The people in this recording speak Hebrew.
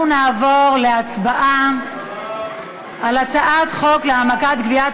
נעבור להצבעה על הצעת חוק להעמקת גביית